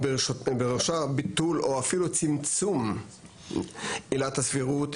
בראשה הביטול הוא אפילו צמצום עילת הסבירות,